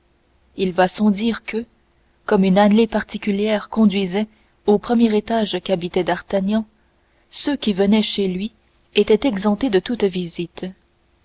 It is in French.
il va sans dire que comme une allée particulière conduisait au premier étage qu'habitait d'artagnan ceux qui venaient chez lui étaient exemptés de toutes visites